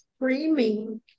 screaming